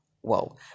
Whoa